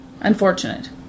Unfortunate